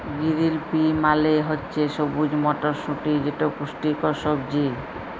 গিরিল pea মালে হছে সবুজ মটরশুঁটি যেট পুষ্টিকর সবজি